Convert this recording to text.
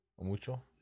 Mucho